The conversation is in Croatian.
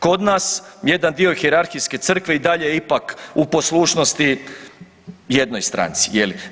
Kod nas jedan dio hijerarhijske crkve i dalje je ipak u poslušnosti jednoj stranci, je li.